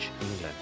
England